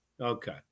Okay